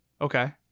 Okay